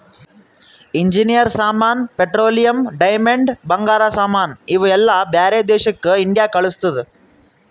engineer ಸಾಮಾನ್, petroleum, diamond, ಬಂಗಾರ ಸಾಮಾನ್ ಇವು ಎಲ್ಲಾ ಬ್ಯಾರೆ ದೇಶಕ್ ಇಂಡಿಯಾ ಕಳುಸ್ತುದ್